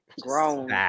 grown